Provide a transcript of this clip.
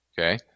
okay